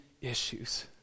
issues